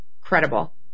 credible